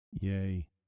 Yay